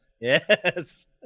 yes